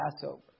Passover